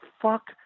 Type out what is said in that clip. fuck